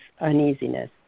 uneasiness